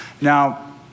Now